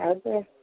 అయితే